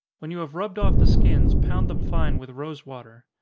when you have rubbed off the skins, pound them fine with rosewater.